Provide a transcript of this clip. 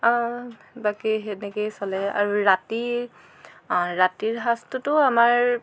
বাকী সেনেকৈয়ে চলে আৰু বাকী ৰাতি ৰাতিৰ সাজটোতো আমাৰ